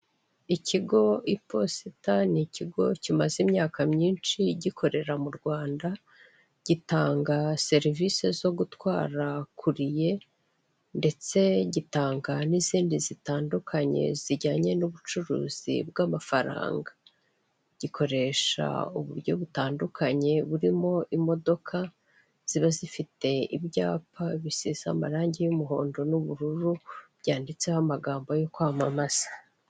Ikigo iposita ni ikigo kimaze imyaka myinshi gikorera mu Rwanda, gitanga serivisi zo gutwara kuriye ndetse gitanga n'izindi zitandukanye zijyanye n'ubucuruzi bw'amafaranga. Gikoresha uburyo butandukanye burimo imodoka ziba zifite ibyapa bisize amarangi y'umuhondo n'ubururu, byanditseho amagambo yo kwamamaza.